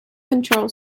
control